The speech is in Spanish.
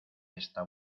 esta